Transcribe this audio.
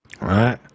right